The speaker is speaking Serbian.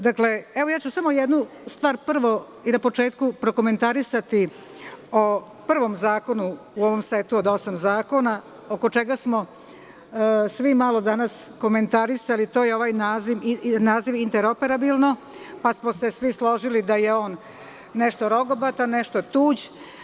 Dakle, evo ja ću samo jednu stvar prvo i na početku prokomentarisati o prvom zakonu u ovom setu od osam zakona, oko čega smo svi malo danas komentarisali, to je ovaj naziv interoperabilno, pa smo se svi složili da je on nešto rogobatan, nešto tuđ.